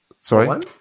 Sorry